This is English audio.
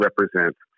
represents